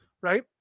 right